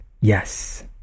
Yes